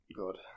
good